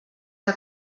que